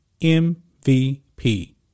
MVP